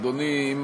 אדוני,